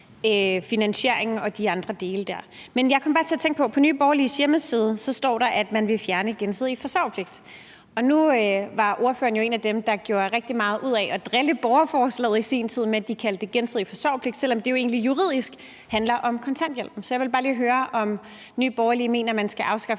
finansieringen og de andre dele. Men jeg kom bare til at tænke på, at på Nye Borgerliges hjemmeside står der, at man vil fjerne den gensidige forsørgerpligt, og nu var ordføreren jo en af dem, der gjorde rigtig meget ud af i forbindelse med borgerforslaget i sin tid at drille med, at man kaldte det gensidig forsørgerpligt, selv om det jo egentlig juridisk handler om kontanthjælpen. Så jeg vil bare lige høre, om Nye Borgerlige mener, at man skal afskaffe